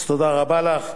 אז תודה רבה לך.